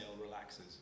relaxes